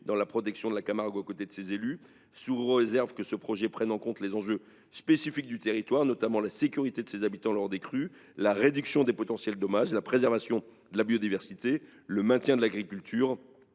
dans la protection de la Camargue aux côtés de ses élus, sous réserve que ce projet prenne en compte les enjeux spécifiques du territoire, notamment la sécurité de ses habitants lors des crues, la réduction des potentiels dommages, la préservation de la biodiversité, le maintien de l’agriculture,